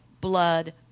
blood